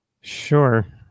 Sure